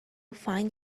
find